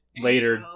Later